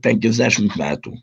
penkiasdešimt metų